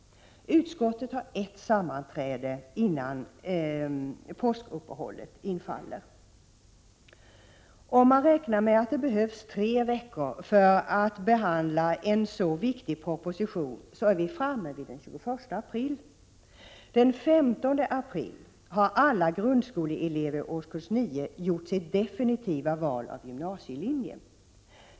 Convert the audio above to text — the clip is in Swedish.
Utskottet har ett sammanträde innan påskuppehållet infaller. Om man räknar med att det behövs tre veckor för att behandla en så viktig proposition, är vi framme vid den 21 april. Den 15 april har alla grundskoleelever i årskurs 9 gjort sitt definitiva val av gymnasielinje.